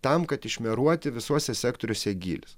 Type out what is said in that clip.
tam kad išmeruoti visuose sektoriuose gylius